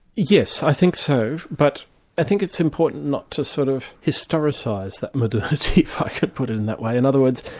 yes, i think so. but i think it's important not to sort of historicise that modernity, if i could put it in that way. in other words,